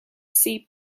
see